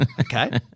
Okay